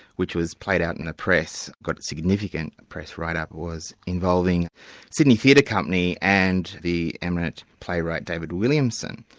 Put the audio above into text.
which was played out in the press, got significant press write-up, was involving sydney theatre company and the eminent playwright david williamson.